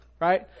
Right